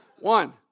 One